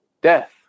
death